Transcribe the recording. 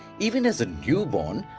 even as a newborn,